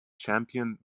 champion